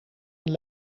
een